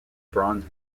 bronze